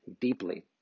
deeply